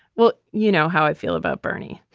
well, you know how i feel about bernie.